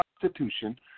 Constitution